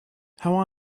how